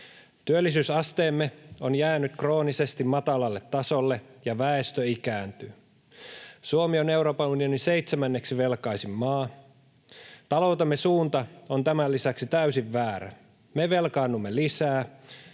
Työllisyysasteemme on jäänyt kroonisesti matalalle tasolle, ja väestö ikääntyy. Suomi on Euroopan unionin seitsemänneksi velkaisin maa. Taloutemme suunta on tämän lisäksi täysin väärä. Me velkaannumme lisää,